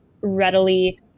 readily